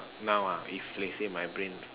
now ah if let's say my brain